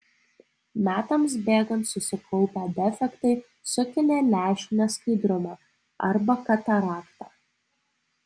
metams bėgant susikaupę defektai sukelia lęšių neskaidrumą arba kataraktą